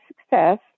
success